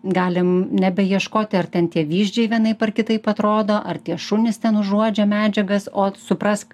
galim nebeieškoti ar ten tie vyzdžiai vienaip ar kitaip atrodo ar tie šunys ten užuodžia medžiagas o suprask